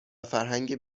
فرهنگ